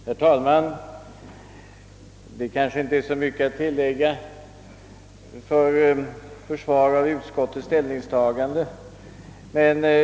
Herr talman! Det kanske inte är så mycket att tillägga som försvar för utskottets ställningstagande.